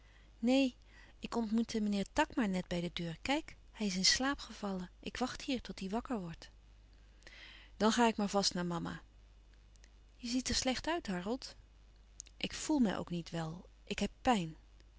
neen ik ontmoette meneer takma net bij de deur kijk hij is in slaap gevallen ik wacht hier tot hij wakker wordt dan ga ik maar vast naar mama je ziet er slecht uit harold ik voel mij ook niet wel ik heb pijn